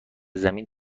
زمین